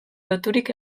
loturik